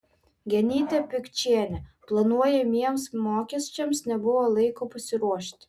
genytė pikčienė planuojamiems mokesčiams nebuvo laiko pasiruošti